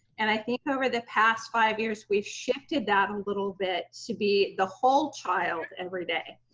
and i think over the past five years, we shifted that a little bit to be the whole child every day.